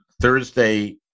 Thursday